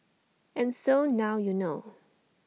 and so now you know